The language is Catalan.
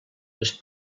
les